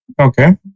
Okay